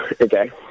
Okay